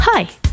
Hi